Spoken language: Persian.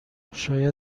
شاید